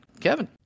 Kevin